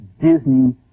Disney